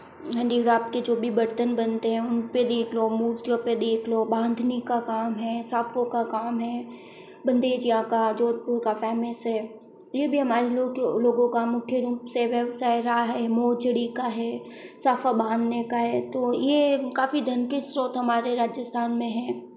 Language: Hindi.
हैंडीक्राफ़्ट के जो भी बर्तन बनते हैं उन पे देख लो मूर्तियों पे देख लो बांधनी का काम है साफ़ों का काम है बँधेजियाँ का जोधपुर का फ़ेमस है ये भी हमारे लोग के लोगों का मुख्य रूप से व्यवसाय रहा है मोजड़ी का है साफ़ा बांधने का है तो ये काफ़ी धन के स्रोत हमारे राजस्थान में हैं